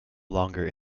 longer